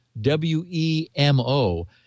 W-E-M-O